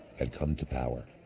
had come to power.